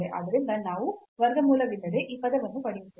ಆದ್ದರಿಂದ ನಾವು ವರ್ಗಮೂಲವಿಲ್ಲದೆ ಈ ಪದವನ್ನು ಪಡೆಯುತ್ತೇವೆ